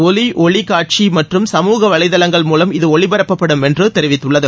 ஒலி ஒளி காட்சி மற்றும் சமூக வலைதளங்கள் மூவம் இது ஒளிபரப்பப்படும் என்று தெரிவித்துள்ளது